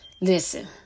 listen